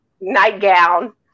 nightgown